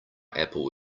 apple